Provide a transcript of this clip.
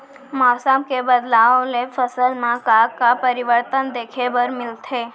मौसम के बदलाव ले फसल मा का का परिवर्तन देखे बर मिलथे?